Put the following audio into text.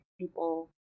people